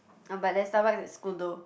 oh but there's Starbucks at school though